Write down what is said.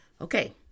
Okay